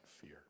fear